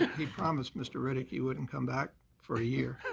he promised mr. riddick he wouldn't come back for a yeah